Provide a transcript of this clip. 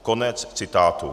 Konec citátu.